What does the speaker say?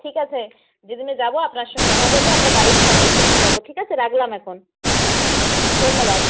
ঠিক আছে যেদিনে যাব আপনার সঙ্গে দেখা করব আমরা বাড়ির সকলকে নিয়ে যাব ঠিক আছে রাখলাম এখন ধন্যবাদ